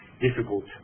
difficult